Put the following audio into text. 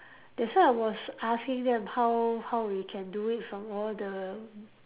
that's why I was asking them how how we can do it from all the